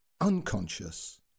unconscious